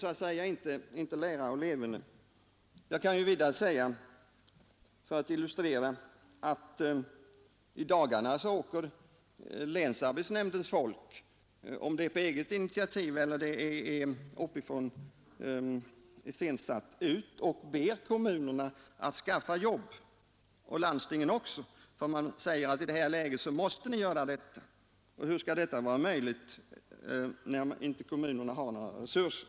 Här stämmer inte lära och leverne, Jag kan också illustrera detta med att berätta att länsarbetsnämndernas folk i dagarna — vare sig det är på eget initiativ eller om det är iscensatt uppifrån — åker ut och ber kommunerna och landstingen att nu skaffa fram jobb. Hur skall det vara möjligt när inte kommunerna har några resurser?